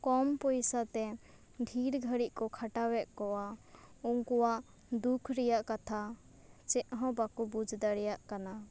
ᱠᱚᱢ ᱯᱚᱭᱥᱟ ᱛᱮ ᱰᱷᱤᱨ ᱜᱷᱟᱹᱲᱤᱡ ᱠᱚ ᱠᱷᱟᱴᱟᱣ ᱮᱫ ᱠᱚᱣᱟ ᱩᱱᱠᱩᱭᱟᱜ ᱫᱩᱠ ᱨᱮᱭᱟᱜ ᱠᱟᱛᱷᱟ ᱪᱮᱫ ᱦᱚᱸ ᱵᱟᱠᱚ ᱵᱩᱡᱽ ᱫᱟᱲᱮᱭᱟᱜ ᱠᱟᱱᱟ